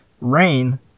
rain